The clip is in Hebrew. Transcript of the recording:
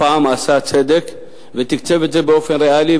הפעם עשה צדק ותקצב את זה באופן ריאלי,